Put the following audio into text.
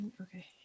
Okay